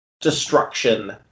destruction